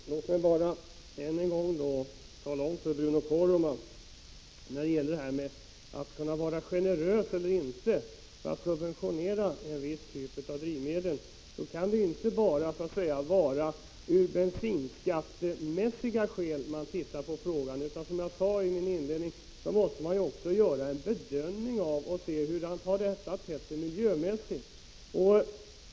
Fru talman! Låt mig då än en gång tala om för Bruno Poromaa, att när det gäller att vara generös eller inte för att subventionera en viss typ av drivmedel, kan man inte bara se på frågan från bensinskattemässiga utgångspunkter. Som jag sade i min inledning, måste man också göra en bedömning av hur det har tett sig miljömässigt.